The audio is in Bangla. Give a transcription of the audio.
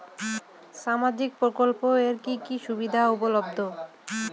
সামাজিক প্রকল্প এর কি কি সুবিধা উপলব্ধ?